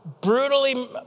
brutally